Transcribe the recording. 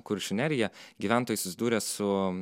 kuršių neriją gyventojai susidūrė su